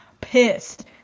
pissed